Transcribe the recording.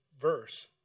verse